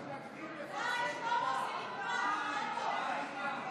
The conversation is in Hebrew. מתנגדים לפרסם את, די, שלמה.